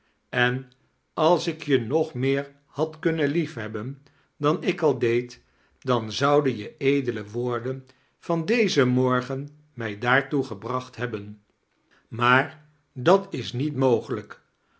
en als ik je nog meer had kunnen liefhebben dan ik al deed dan zouden je edele woordein van dezen morgen mij daartoe gebracht hebben maar dat is niet mogelijk